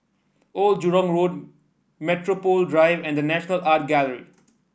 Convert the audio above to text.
Old Jurong Road Metropole Drive and The National Art Gallery